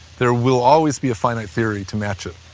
there will always be a finite theory to match it.